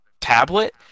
tablet